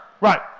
Right